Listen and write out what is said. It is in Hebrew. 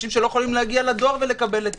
אנשים שלא יכולים להגיע לדואר ולקבל את